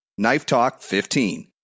KNIFETALK15